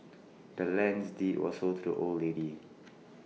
the land's deed was sold to the old lady